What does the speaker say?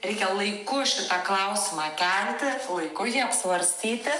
reikia laiku šitą klausimą kelti laiku jį apsvarstyti